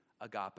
agape